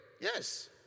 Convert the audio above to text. Yes